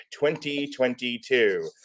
2022